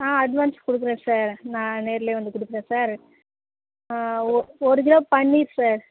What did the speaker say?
ஆ advance கொடுக்குறேன் sir நான் நேரிலே வந்து கொடுக்குறேன் சார் ஒ ஒரு கிலோ பன்னீர் சார்